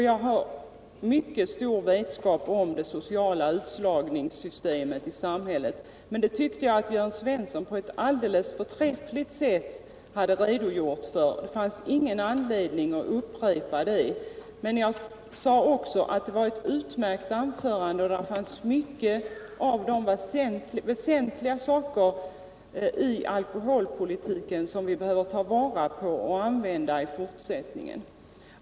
Jag har alltså en mycket stor vetskap om det sociala utslagningssystemet i samhället, men det tyckte jag att Jörn Svensson på ett alldeles förträffligt sätt hade redogjort för, och det fanns ingen anledning att upprepa det. Men jag sade också att hans anförande var utmärkt och berörde många av de väsentliga saker som vi behöver ta vara på inom alkoholpolitiken.